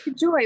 Joy